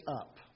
up